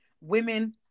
women